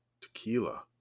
tequila